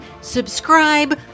subscribe